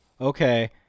Okay